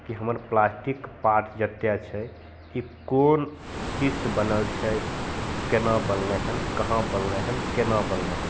कि हमर plastic part जतेक छै ई कोन चीजसे बनल छै कोना बनलै हँ कहाँ बनलै हँ कोना बनलै हँ